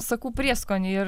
sakų prieskonį ir